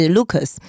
Lucas